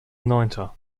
neunter